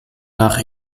nach